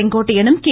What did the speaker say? Sengottaiyan K